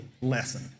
lesson